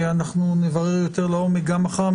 אנחנו נברר יותר לעומק גם מחר,